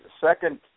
second